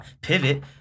pivot